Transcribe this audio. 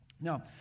Now